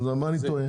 ובתחילת 2024?